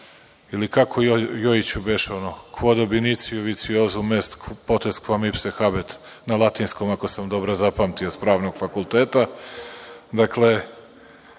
ili, kako Jojiću beše, quod initio vitiosum est, potest quam ipse habet, na latinskom, ako sam dobro zapamtio sa pravnog fakulteta. Dakle,